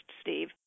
Steve